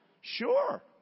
Sure